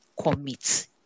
commit